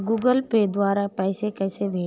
Google Pay द्वारा पैसे कैसे भेजें?